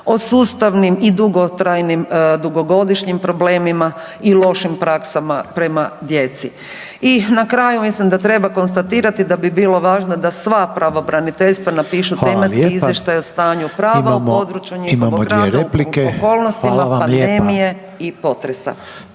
o sustavnim i dugotrajnim dugogodišnjim problemima i lošim praksama prema djeci. I na kraju mislim da treba konstatirati da bi bilo važno da sva pravobraniteljstva napišu tematski izvještaj o stanju prava u području njihovog rada … /ne razumije se/…